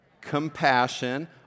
compassion